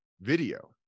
video